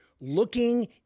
looking